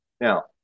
Now